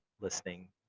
listening